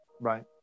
right